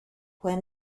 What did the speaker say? when